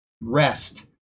rest